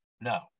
No